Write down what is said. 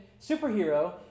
superhero